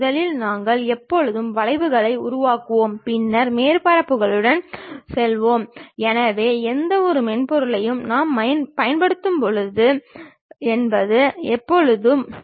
இதில் மேல் பகுதியில் பொருளின் முன்புற தோற்றமும் கீழ்ப்பகுதியில் மேல்புற தோற்றமும் வலது பக்கத்தில் இடதுபுற தோற்றமும் இருக்கும்